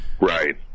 Right